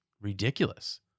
Ridiculous